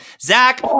Zach